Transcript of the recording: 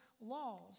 laws